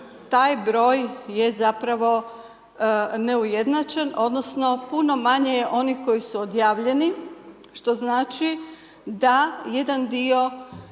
taj broj je zapravo neujednačen, odnosno puno manje je onih koji su odjavljeni, što znači da jedan dio